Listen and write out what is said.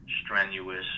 strenuous